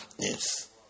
Yes